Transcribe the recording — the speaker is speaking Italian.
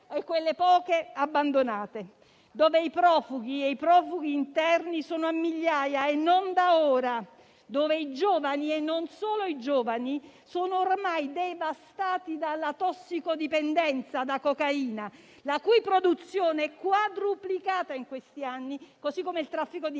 disattese e abbandonate, dove i profughi e i profughi interni sono migliaia e non da ora, dove i giovani e non solo i giovani sono ormai devastati dalla tossicodipendenza da cocaina, la cui produzione è quadruplicata in questi anni, così come il traffico di